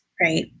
Right